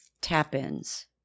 tap-ins